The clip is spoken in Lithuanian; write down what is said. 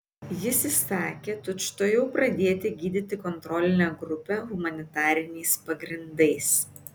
jis įsakė tučtuojau pradėti gydyti kontrolinę grupę humanitariniais pagrindais